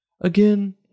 Again